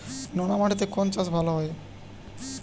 নোনা মাটিতে কোন চাষ ভালো হয়?